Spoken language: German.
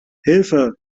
hilfe